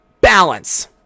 balance